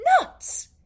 nuts